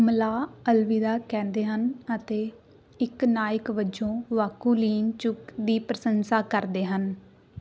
ਮਲਾਹ ਅਲਵਿਦਾ ਕਹਿੰਦੇ ਹਨ ਅਤੇ ਇੱਕ ਨਾਇਕ ਵਜੋਂ ਵਾਕੁਲਿਨਚੁਕ ਦੀ ਪ੍ਰਸ਼ੰਸਾ ਕਰਦੇ ਹਨ